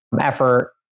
effort